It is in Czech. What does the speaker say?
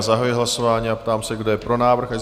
Zahajuji hlasování a ptám se, kdo je pro tento návrh?